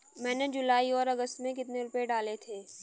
मैंने जुलाई और अगस्त में कितने रुपये डाले थे?